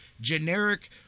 generic